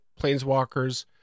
planeswalkers